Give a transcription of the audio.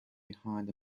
behind